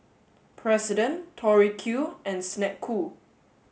president Tori Q and Snek Ku